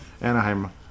Anaheim